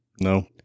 No